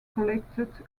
collected